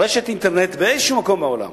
רשת אינטרנט באיזה מקום בעולם